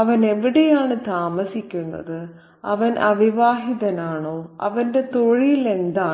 അവൻ എവിടെയാണ് താമസിക്കുന്നത് അവൻ അവിവാഹിതനാണോ അവന്റെ തൊഴിൽ എന്താണ്